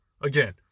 Again